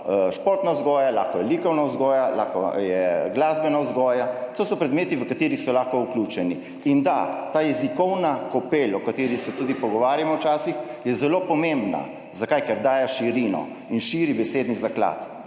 lahko športna vzgoja, lahko je likovna vzgoja, lahko je glasbena vzgoja. To so predmeti, v katere so lahko vključeni. In da, ta jezikovna kopel, o kateri se tudi pogovarjamo včasih, je zelo pomembna. Zakaj? Ker daje širino in širi besedni zaklad.